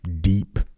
deep